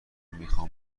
میخوام